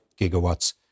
gigawatts